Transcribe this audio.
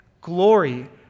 Glory